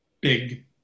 big